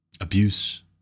abuse